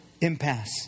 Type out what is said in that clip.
impasse